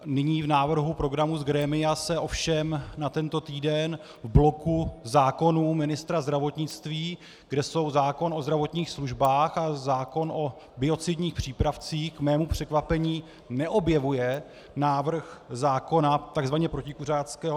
Nyní v návrhu programu z grémia se ovšem na tento týden v bloku zákonů ministra zdravotnictví, kde jsou zákon o zdravotních službách a zákon o biocidních přípravcích, k mému překvapení neobjevuje návrh zákona takzvaně protikuřáckého.